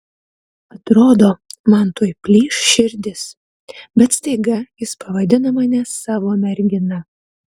atrodo man tuoj plyš širdis bet staiga jis pavadina mane savo mergina